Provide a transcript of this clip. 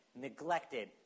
neglected